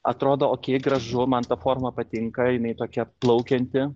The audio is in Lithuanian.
atrodo okei gražu man ta forma patinka jinai tokia plaukianti